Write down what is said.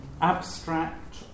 abstract